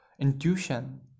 intuition